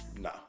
No